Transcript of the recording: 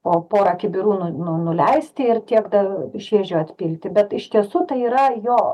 po porą kibirų nu nu nuleisti ir tiekdav šviežio atpilti bet iš tiesų tai yra jo